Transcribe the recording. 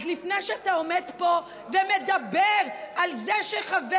אז לפני שאתה עומד פה ומדבר על זה שחבר